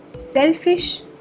Selfish